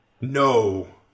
No